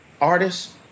artists